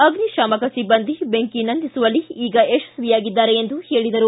ಅಗ್ನಿಶಾಮಕ ಸಿಬ್ಬಂದಿ ಬೆಂಕಿ ನಂದಿಸುವಲ್ಲಿ ಈಗ ಯಶಸ್ವಿಯಾಗಿದ್ದಾರೆ ಎಂದು ಹೇಳಿದರು